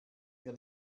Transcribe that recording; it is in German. mir